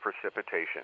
precipitation